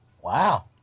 Wow